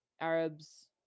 Arabs